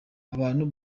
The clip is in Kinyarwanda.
abantu